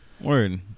Word